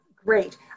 Great